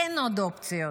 אין עוד אופציות.